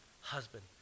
husband